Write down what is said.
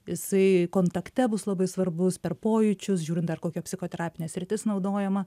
jisai kontakte bus labai svarbus per pojūčius žiūrint dar kokia psichoterapinė sritis naudojama